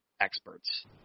experts